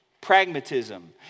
pragmatism